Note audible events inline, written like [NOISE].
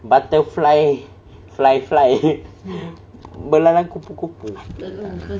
butterfly fly fly [LAUGHS] belalang kupu-kupu